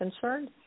concerned